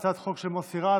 להצעת החוק של מוסי רז.